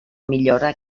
millora